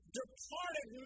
departed